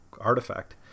artifact